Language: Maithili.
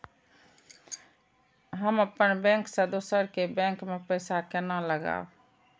हम अपन बैंक से दोसर के बैंक में पैसा केना लगाव?